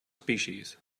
species